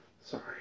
Sorry